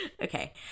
Okay